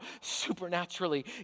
supernaturally